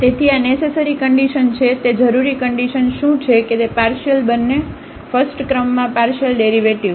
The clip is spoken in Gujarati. તેથી આ નેસેસરી કન્ડિશન છે તે જરૂરી કન્ડિશન શું છે કે પાર્શિયલ બંને ફસ્ટક્રમમાં પાર્શિયલ ડેરિવેટિવ્ઝ